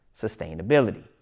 sustainability